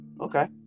okay